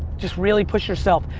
just really push yourself.